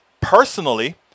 personally